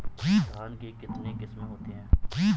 धान की कितनी किस्में होती हैं?